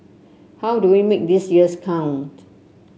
how do we make these years count